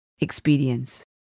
experience